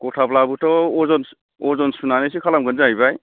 गथाब्लाबोथ' अजन अजन सुनानैसो खालामगोन जाहैबाय